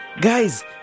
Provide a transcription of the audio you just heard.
Guys